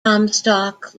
comstock